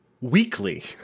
weekly